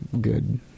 good